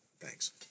Thanks